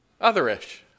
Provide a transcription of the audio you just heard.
Otherish